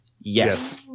Yes